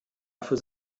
dafür